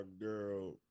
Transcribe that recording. girl